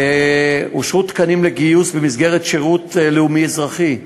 אושרו תקנים לגיוס במסגרת שירות לאומי אזרחי.